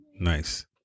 nice